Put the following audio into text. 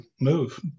move